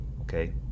okay